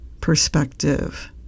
perspective